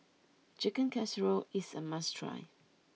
Chicken Casserole is a must try